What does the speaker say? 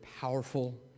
powerful